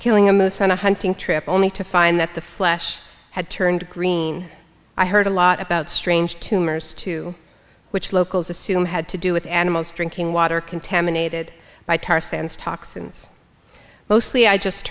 killing a most on a hunting trip only to find that the flesh had turned green i heard a lot about strange tumors too which locals assume had to do with animals drinking water contaminated by tar sands toxins mostly i just